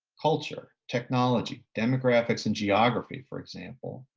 culture, technology, demographics, and geography for example,